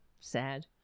sad